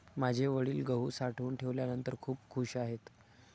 माझे वडील गहू साठवून ठेवल्यानंतर खूप खूश आहेत